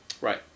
Right